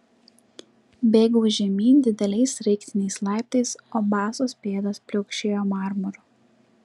bėgau žemyn dideliais sraigtiniais laiptais o basos pėdos pliaukšėjo marmuru